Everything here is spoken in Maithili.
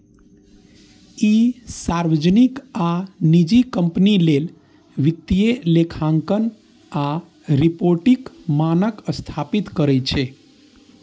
ई सार्वजनिक आ निजी कंपनी लेल वित्तीय लेखांकन आ रिपोर्टिंग मानक स्थापित करै छै